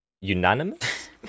Unanimous